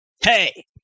Hey